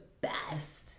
best